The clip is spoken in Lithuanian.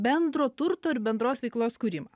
bendro turto ir bendros veiklos kūrimą